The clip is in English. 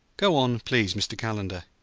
go on, please, mr. calendar.